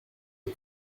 des